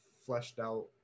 fleshed-out